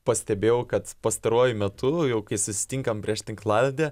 pastebėjau kad pastaruoju metu jau kai susitinkam prieš tinklalaidę